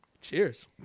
Cheers